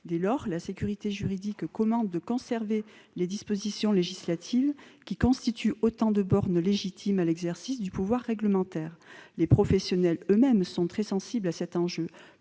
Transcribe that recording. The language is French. Dès lors, la sécurité juridique commande de conserver ces dispositions législatives, qui constituent autant de bornes légitimes à l'exercice du pouvoir réglementaire. Les professionnels eux-mêmes sont très sensibles à cet enjeu,